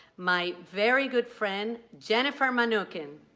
my very good friend, jennifer mnookin.